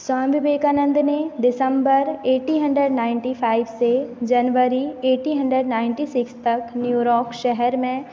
स्वामी विवेकानंद ने December eighty hundred ninety five से January eighty hundred ninety six तक New York शहर में